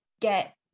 get